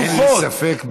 אין לי ספק,